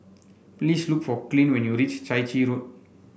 please look for Clint when you reach Chai Chee Road